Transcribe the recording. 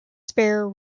spare